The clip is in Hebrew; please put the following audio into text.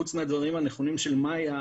חוץ מהדברים הנכונים של מאיה,